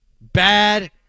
Bad